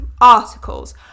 articles